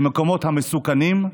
למקומות המסוכנים,